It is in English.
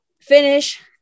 finish